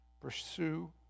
Pursue